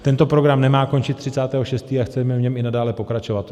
Tento program nemá končit 30. 6. a chceme v něm i nadále pokračovat.